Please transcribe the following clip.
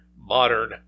Modern